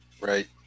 Right